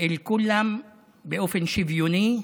אל כולם באופן שוויוני,